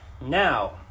now